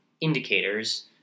indicators